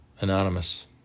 Anonymous